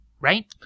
right